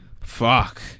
fuck